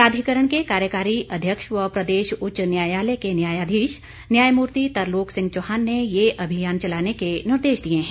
प्राधिकरण के कार्यकारी अध्यक्ष व प्रदेश उच्च न्यायालय के न्यायाधीश न्यायमूर्ति तरलोक सिंह चौहान ने ये अभियान चलाने के निर्देश दिए हैं